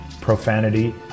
profanity